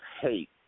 hate